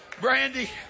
Brandy